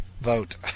vote